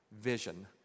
vision